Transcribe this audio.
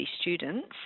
students